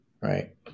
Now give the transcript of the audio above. right